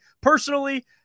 personally